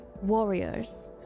warriors